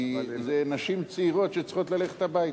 כי הן נשים צעירות שצריכות ללכת הביתה.